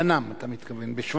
למניינם, אתה מתכוון, ב-17 במאי.